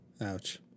Ouch